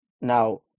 Now